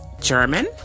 german